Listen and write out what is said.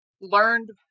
learned